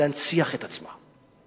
להנציח את עצמה.